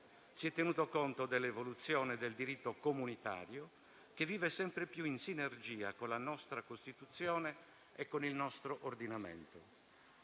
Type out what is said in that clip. Si è tenuto conto dell'evoluzione del diritto comunitario, che vive sempre più in sinergia con la nostra Costituzione e con il nostro ordinamento.